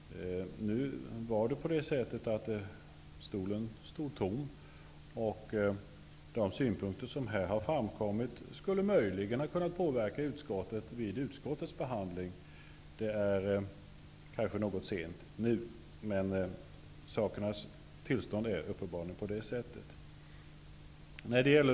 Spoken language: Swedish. Vänsterpartiets stol stod tom. De synpunkter som nu har framkommit skulle möjligen ha kunnat påverka utskottet. Nu kanske det är något sent. Men det ligger till på detta sätt.